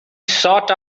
sought